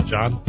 John